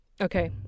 Okay